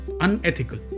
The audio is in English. unethical